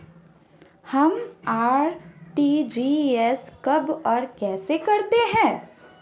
हम आर.टी.जी.एस कब और कैसे करते हैं?